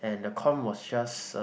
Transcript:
and the corn was just uh